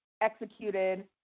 executed